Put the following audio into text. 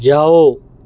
ਜਾਓ